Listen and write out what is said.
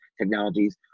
technologies